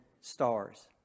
stars